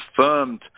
confirmed